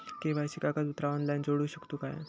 KYC कागदपत्रा online जोडू शकतू का?